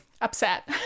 upset